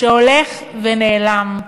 שהולך ונעלם.